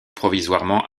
provisoirement